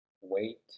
wait